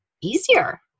easier